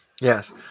Yes